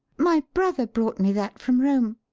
my brother brought me that from rome,